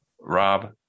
Rob